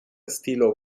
estilo